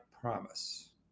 promise